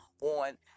on